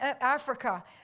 Africa